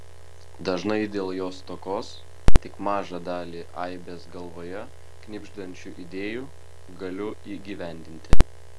dažnai dėl jo stokos tik mažą dalį aibės galvoje knibždančių idėjų galiu įgyvendinti